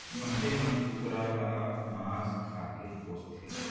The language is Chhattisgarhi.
मनसे मन कुकरा ल मांस खातिर पोसथें